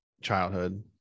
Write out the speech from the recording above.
childhood